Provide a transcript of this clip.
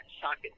socket